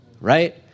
right